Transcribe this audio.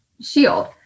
shield